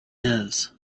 his